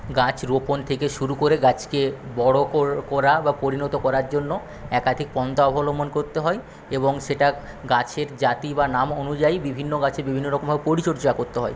গাছ রোপণ থেকে শুরু করে গাছকে বড়ো করা বা পরিণত করার জন্য একাধিক পন্থা অবলম্বন করতে হয় এবং সেটা গাছের জাতি বা নাম অনুযায়ী বিভিন্ন গাছের বিভিন্নরকমভাবে পরিচর্যা করতে হয়